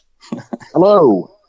Hello